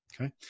okay